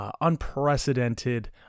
Unprecedented